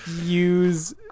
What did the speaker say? use